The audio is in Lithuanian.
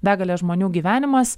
begalę žmonių gyvenimas